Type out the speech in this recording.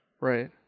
Right